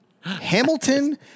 Hamilton